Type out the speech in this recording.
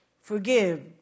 forgive